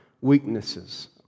weaknesses